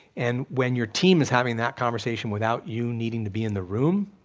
and when your team is having that conversation without you needing to be in the room,